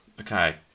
Okay